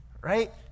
right